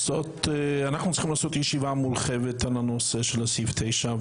אנחנו צריכים לעשות ישיבה מורחבת על הנושא של סעיף 9,